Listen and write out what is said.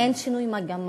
אין שינוי מגמה,